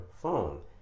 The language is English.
phone